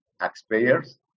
taxpayers